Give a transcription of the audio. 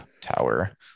Tower